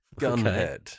Gunhead